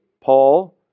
Paul